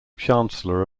chancellor